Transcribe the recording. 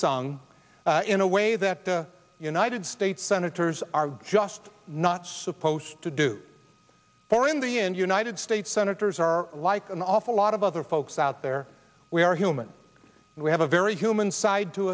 song in a way that the united states senators are just not supposed to do or in the end united states senators are like an awful lot of other folks out there we are human we have a very human side to